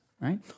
right